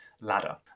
ladder